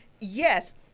yes